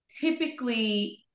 typically